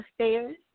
Affairs